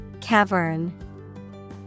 Cavern